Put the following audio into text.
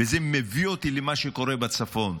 וזה מביא אותי למה שקורה בצפון,